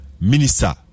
minister